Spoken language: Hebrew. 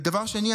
דבר שני,